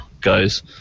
guys